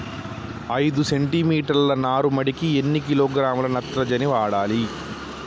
ఐదు సెంటిమీటర్ల నారుమడికి ఎన్ని కిలోగ్రాముల నత్రజని వాడాలి?